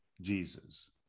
Jesus